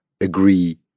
agree